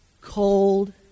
cold